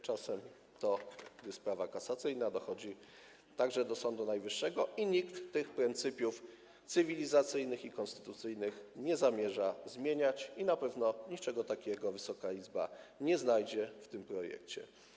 Czasem to jest sprawa kasacyjna, dochodzi także do Sądu Najwyższego i nikt tych pryncypiów cywilizacyjnych i konstytucyjnych nie zamierza zmieniać, i na pewno niczego takiego Wysoka Izba nie znajdzie w tym projekcie.